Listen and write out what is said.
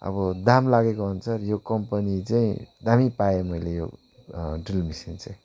अब दाम लागेको अनुसार यो कम्पनी चाहिँ दामी पाएँ मैले यो ड्रिल मसिन चाहिँ